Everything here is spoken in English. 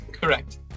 correct